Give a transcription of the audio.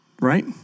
right